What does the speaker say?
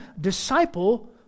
disciple